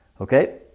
Okay